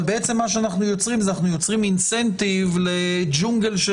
אבל בעצם אנו יוצרים אינסנטיב לג'ונגל של